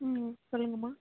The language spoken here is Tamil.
ம் சொல்லுங்கள்ம்மா